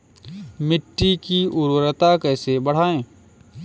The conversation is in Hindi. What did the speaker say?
मिट्टी की उर्वरता कैसे बढ़ाएँ?